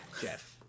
jeff